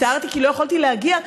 הצטערתי כי לא יכולתי להגיע,